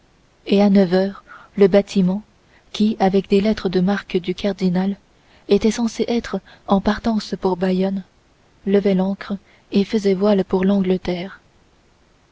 et à neuf heures le bâtiment qui avec des lettres de marque du cardinal était censé être en partance pour bayonne levait l'ancre et faisait voile pour l'angleterre